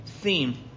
theme